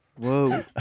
Whoa